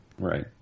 Right